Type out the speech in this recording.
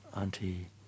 Auntie